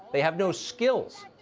they have no skills.